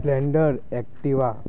splendor Activa